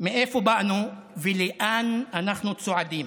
מאיפה באנו ולאן אנחנו צועדים.